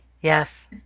Yes